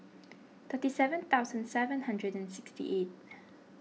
thirty seven thousand seven hundred and sixty eight